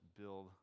build